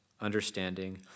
understanding